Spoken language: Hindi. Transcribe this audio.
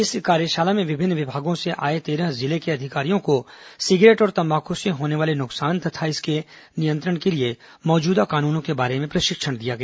इस कार्यशाला में विभिन्न विभागों से आए तेरह जिले के अधिकारियों को सिगरेट और तम्बाकू से होने वाले नुकसान तथा इसके नियंत्रण के लिए मौजूदा कानूनों के बारे में प्रशिक्षण दिया गया